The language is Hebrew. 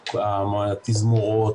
התזמורות,